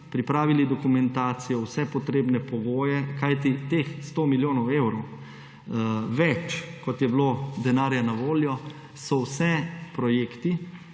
pripravili dokumentacijo, vse potrebne pogoje, kajti teh 100 milijonov evrov več, kot je bilo denarja na voljo, so vsi projekti,